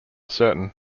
certain